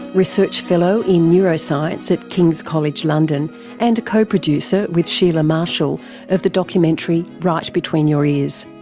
research fellow in neuroscience at kings college london and co-producer with sheila marshall of the documentary right between your ears.